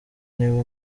niba